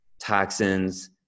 toxins